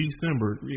December